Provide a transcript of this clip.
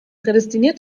prädestiniert